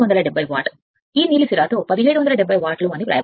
ఈ లెక్క ఈ నీలి సిరా 1770 వాట్ల వైపు చూస్తుంది